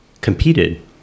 competed